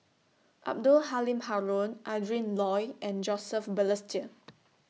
Abdul Halim Haron Adrin Loi and Joseph Balestier